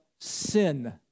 sin